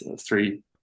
three